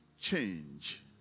change